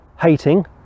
hating